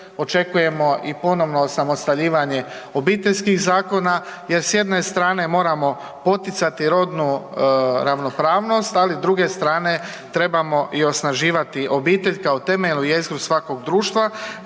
očekujemo i ponovo osamostaljivanje obiteljskih zakona, jer s jedne strane moramo poticati rodnu ravnopravnost, ali s druge strane trebamo osnaživati i obitelj kao temeljnu jezgru svakoga društva